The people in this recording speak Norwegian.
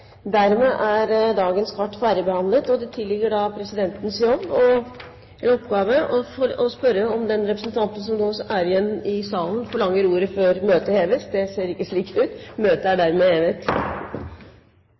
tilligger da presidenten å spørre om den representanten som nå er igjen i salen, forlanger ordet før møtet heves. – Det ser ikke slik ut.